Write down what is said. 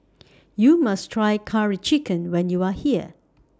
YOU must Try Curry Chicken when YOU Are here